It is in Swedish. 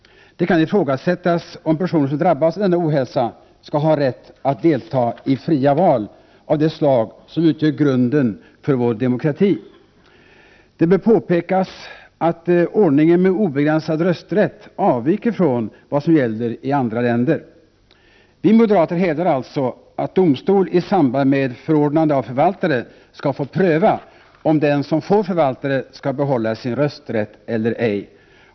Det kan ifrågasättas om personer som drabbas av denna ohälsa skall ha rätt att delta i fria val av det slag som utgör grunden för vår demokrati. Det bör påpekas att ordningen med obegränsad rösträtt avviker från vad som gäller i andra länder. Vi moderater hävdar alltså att domstol i samband med förordnande av förvaltare skall få pröva om den som får förvaltare skall få behålla sin rösträtt eller ej.